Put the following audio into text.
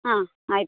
ಹಾಂ ಆಯಿತು